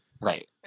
Right